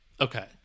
Okay